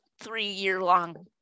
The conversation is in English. three-year-long